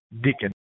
deacon